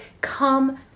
come